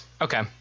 Okay